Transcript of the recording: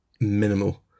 minimal